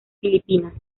filipinas